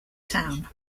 town